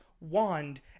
wand